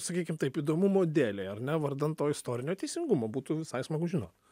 sakykim taip įdomumo dėlei ar ne vardan to istorinio teisingumo būtų visai smagu žinot